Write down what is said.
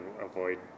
avoid